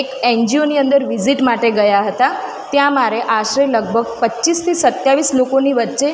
એક N G ઓની અંદર વિઝિટ માટે ગયા હતા ત્યાં મારે આશરે લગભગ પચીસથી સત્યાવીસ લોકોની વચ્ચે